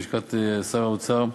בלשכת שר האוצר,